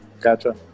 Gotcha